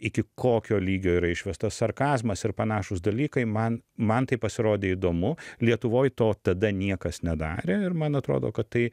iki kokio lygio yra išvestas sarkazmas ir panašūs dalykai man man tai pasirodė įdomu lietuvoj to tada niekas nedarė ir man atrodo kad tai